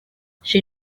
she